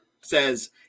says